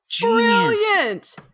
brilliant